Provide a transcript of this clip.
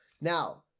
now